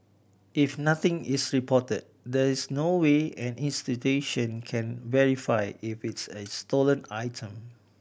if nothing is reported there is no way an institution can verify if it's is stolen item